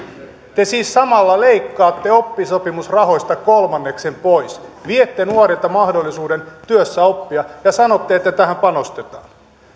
te siis samalla leikkaatte oppisopimusrahoista kolmanneksen pois viette nuorilta mahdollisuuden työssä oppia ja sanotte että tähän panostetaan